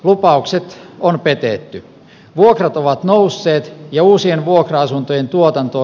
lupaukset on vedetty vuokrat ovat nousseet ja uusien vuokra asuntojen tuotanto